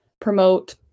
promote